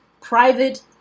private